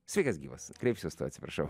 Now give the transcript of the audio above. sveikas gyvas kreipsiuos tu atsiprašau